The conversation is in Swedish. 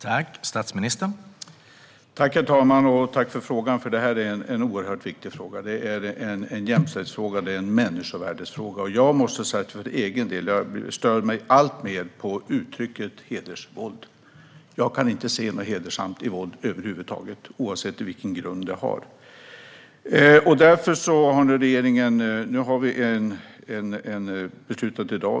Herr talman! Jag tackar Annie Lööf för frågan. Det är en mycket viktig fråga. Det är en jämställdhetsfråga och en människovärdesfråga. För egen del stör jag mig alltmer på uttrycket hedersvåld. Jag kan inte se något hedersamt i våld över huvud taget, oavsett vilken grund det har.